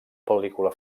pel·lícula